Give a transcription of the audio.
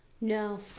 No